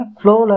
flow